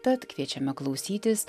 tad kviečiame klausytis